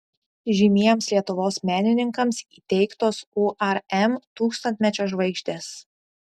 žymiems lietuvos menininkams įteiktos urm tūkstantmečio žvaigždės